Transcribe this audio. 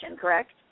correct